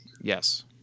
Yes